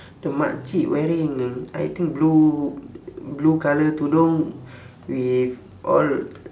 the mak cik wearing I think blue blue colour tudung with all